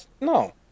No